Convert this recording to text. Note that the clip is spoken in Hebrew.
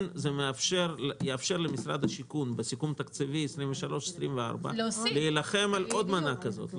זה יאפשר למשרד השיכון בסיכום תקציבי 23-24 להילחם על עוד מנה כזאת.